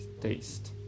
taste